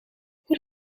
hoe